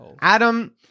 Adam